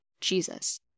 Jesus